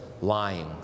lying